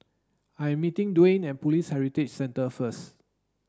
I am meeting Dewayne at Police Heritage Centre first